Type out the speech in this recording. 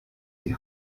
die